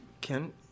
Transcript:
Ken